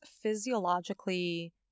physiologically